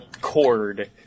cord